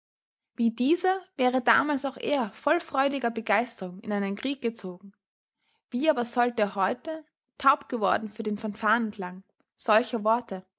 wie dieser wäre damals auch er voll freudiger begeisterung in einen krieg gezogen wie aber sollte er heute taub geworden für den fanfarenklang solcher worte